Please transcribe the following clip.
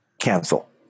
cancel